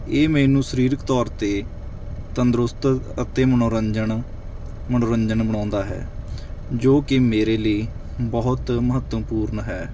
ਇਹ ਮੈਨੂੰ ਸਰੀਰਕ ਤੌਰ 'ਤੇ ਤੰਦਰੁਸਤ ਅਤੇ ਮਨੋਰੰਜਨ ਮਨੋਰੰਜਨ ਬਣਾਉਂਦਾ ਹੈ ਜੋ ਕਿ ਮੇਰੇ ਲਈ ਬਹੁਤ ਮਹੱਤਵਪੂਰਨ ਹੈ